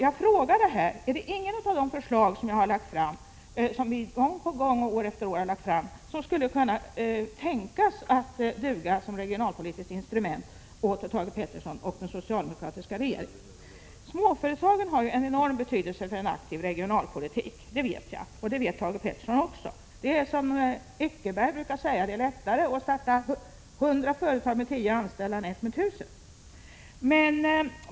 Jag frågade: Är det inget av de förslag som vi gång på gång har lagt fram som skulle kunna tänkas duga som regionalpolitiskt instrument åt Thage Peterson och den socialdemokratiska regeringen? Småföretagen har en enorm betydelse för en aktiv regionalpolitiken. Det vet jag, och det vet Thage Peterson också. Som Eckerberg brukar säga: Det är lättare att starta hundra företag med tio anställda än ett med 1 000.